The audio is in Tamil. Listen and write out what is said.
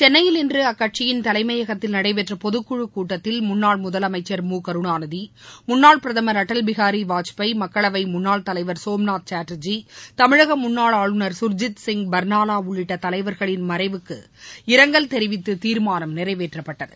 சென்னையில் இன்று அக்கட்சியின் தலைமையகத்தில் நடைபெற்ற பொதுக்குழுக் கூட்டத்தில் முன்னாள் முதலமைச்சி மு கருணாநிதி முன்னாள் பிரதமர் அடல் பிகாரி வாஜ்பாய் மக்களவை முன்னாள் தலைவர் சோம்நாத் சாட்டர்ஜி தமிழக முன்னாள் ஆளுநர் கர்ஜித்சிய் பர்னாலா உள்ளிட்ட தலைவர்களின் மறைவுக்கு இரங்கல் தெரிவித்து தீர்மானம் நிறைவேற்றப்பட்டது